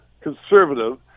conservative